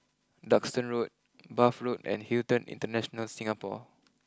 Duxton Road Bath Road and Hilton International Singapore